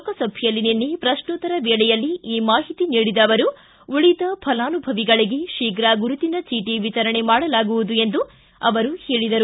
ಲೋಕಸಭೆಯಲ್ಲಿ ನಿನ್ನೆ ಪ್ರಶ್ನೋತ್ತರ ವೇಳೆಯಲ್ಲಿ ಈ ಮಾಹಿತಿ ನೀಡಿದ ಅವರು ಉಳಿದ ಫಲಾನುಭವಿಗಳಿಗೆ ಶೀಘ ಗುರುತಿನ ಚೀಟಿ ವಿತರಣೆ ಮಾಡಲಾಗುವುದು ಎಂದು ಹೇಳಿದರು